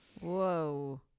Whoa